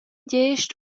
gest